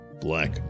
black